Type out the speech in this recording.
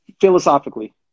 philosophically